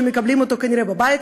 שמקבלים אותו כנראה בבית,